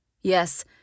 Yes